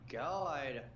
god